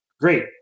great